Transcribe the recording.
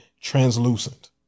translucent